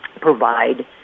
provide